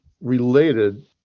related